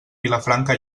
vilafranca